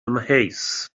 amheus